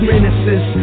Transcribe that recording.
menaces